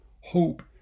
Hope